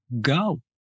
go